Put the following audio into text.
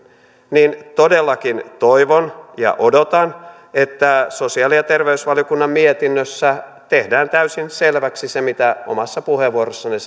niin todellakin toivon ja odotan että sosiaali ja terveysvaliokunnan mietinnössä tehdään täysin selväksi se mitä omassa puheenvuorossanne